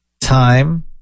time